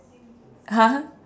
!huh!